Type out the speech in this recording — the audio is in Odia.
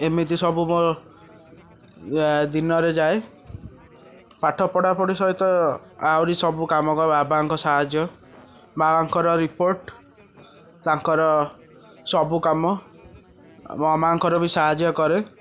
ଏମିତି ସବୁ ମୋର ଦିନରେ ଯାଏ ପାଠ ପଢ଼ାପଢ଼ି ସହିତ ଆହୁରି ସବୁକାମ ବାବାଙ୍କୁ ସାହାଯ୍ୟ ବାବାଙ୍କର ରିପୋର୍ଟ ତାଙ୍କର ସବୁକାମ ମୋ ମାଁଙ୍କର ବି ସାହାଯ୍ୟ କରେ